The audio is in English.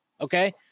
okay